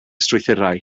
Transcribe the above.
strwythurau